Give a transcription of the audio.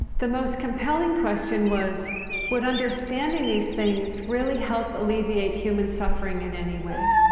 the most compelling question was would understanding these things really help alleviate human suffering in any way?